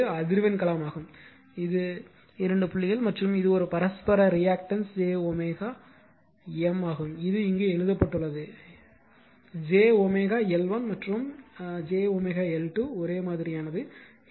எனவே இது அதிர்வெண் களமாகும் இது 2 புள்ளி மற்றும் இது ஒரு பரஸ்பர ரியாக்டன்ஸ் jwM ஆகும் இது இங்கு எழுதப்பட்டுள்ளது இது jw L1 மற்றும் இது நேரடியாக jwL2 ஒரே மாதிரியானது